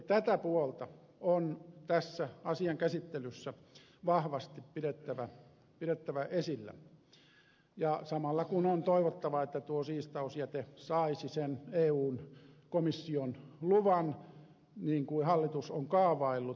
tätä puolta on tässä asian käsittelyssä vahvasti pidettävä esillä samalla kun on toivottava että tuo siistausjäte saisi eun komission luvan niin kuin hallitus on kaavaillut